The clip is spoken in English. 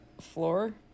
floor